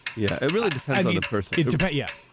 yeah, it really depends on the person. but yeah.